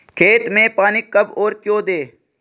खेत में पानी कब और क्यों दें?